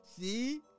See